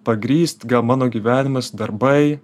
pagrįst gal mano gyvenimas darbai